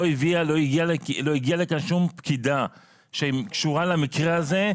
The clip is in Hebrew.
לא הגיעה לכאן שום פקידה שקשורה למקרה הזה,